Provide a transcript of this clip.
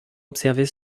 observait